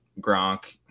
Gronk